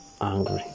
angry